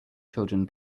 children